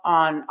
on